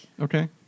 Okay